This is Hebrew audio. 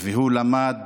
והוא למד